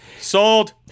Sold